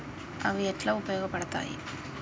అవి ఎట్లా ఉపయోగ పడతాయి?